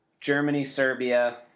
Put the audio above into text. Germany-Serbia